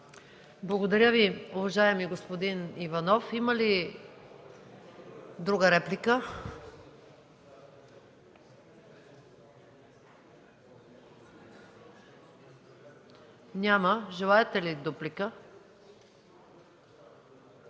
Благодаря Ви, уважаеми господин Иванов. Има ли друга реплика? Няма. Желаете ли дуплика?